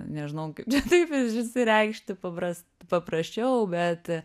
nežinau kaip čia taip išsireikšti papras paprasčiau bet